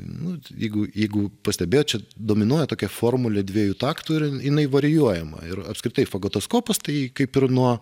nu jeigu jeigu pastebėjot čia dominuoja tokia formulė dviejų taktų ir jinai varijuojama ir apskritai fagotaskopas tai kaip ir nuo